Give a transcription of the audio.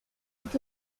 est